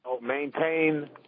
maintain